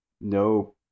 no